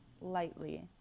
lightly